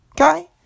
Okay